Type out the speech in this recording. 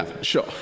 sure